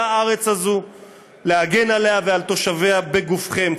הארץ הזאת להגן עליה ועל תושביה בגופכם.